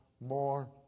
more